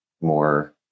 more